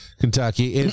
Kentucky